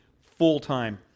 full-time